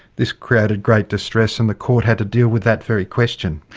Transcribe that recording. this created great distress, and the court had to deal with that very question.